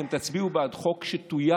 אתם תצביעו בעד חוק שטויב,